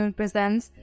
presents